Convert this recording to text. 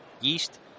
yeast